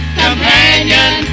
companion